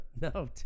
No